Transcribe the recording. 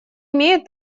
имеет